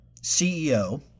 CEO